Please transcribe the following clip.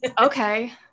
okay